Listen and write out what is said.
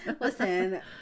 Listen